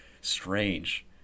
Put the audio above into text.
strange